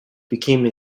became